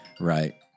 right